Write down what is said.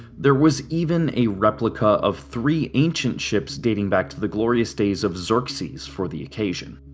there was even a replica of three ancient ships dating back to the glorious days of xerxes for the occasion.